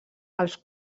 els